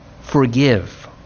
forgive